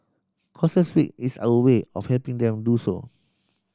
causes Week is our way of helping them do so